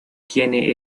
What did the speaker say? tiene